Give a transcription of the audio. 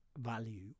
value